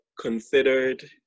considered